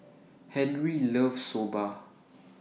Henri loves Soba